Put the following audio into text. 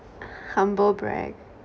humble brag